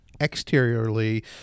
Exteriorly